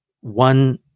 one